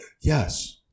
Yes